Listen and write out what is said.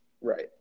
right